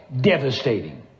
devastating